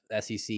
SEC